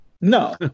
no